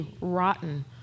rotten